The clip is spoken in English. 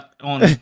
on